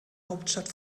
hauptstadt